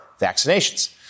vaccinations